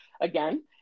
again